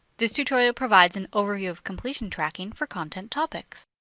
this tutorial provides an overview of completion tracking for content topics.